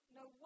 no